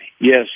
yes